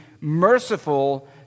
merciful